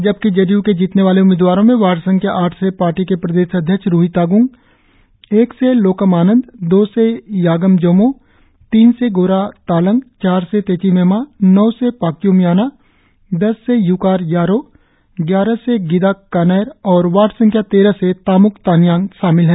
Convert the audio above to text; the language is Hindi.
जबकि जेडीयू के जीतने वाले उम्मीदवारों में वार्ड संख्या आठ से पार्टी के प्रदेश अध्यक्ष रुही ताग्ंग एक से लोकम आनंद दो से यागम जोमोह तीन से गोरा तालंग चार से तेचि मेमा नौ से पाक्य्म याना दस से य्कार यारो ग्यारह से गिदाक कानैर और वार्ड संख्या तेरह से ताम्क तागियांग शामिल है